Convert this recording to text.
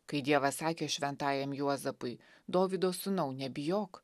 kai dievas sakė šventajam juozapui dovydo sūnau nebijok